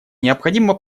необходимо